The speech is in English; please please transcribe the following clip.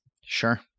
Sure